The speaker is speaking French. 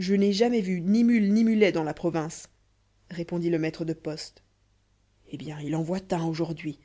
je n'ai jamais vu ni mules ni mulets dans la province répondit le maître de poste eh bien il en voit un aujourd'hui